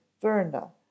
verna